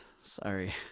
sorry